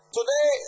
Today